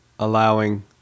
Allowing